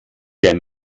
der